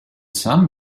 some